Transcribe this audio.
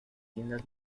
tiendas